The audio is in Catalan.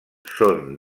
són